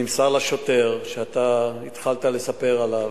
נמסר לשוטר שהתחלת לספר עליו,